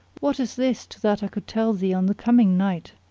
what is this to that i could tell thee on the coming night,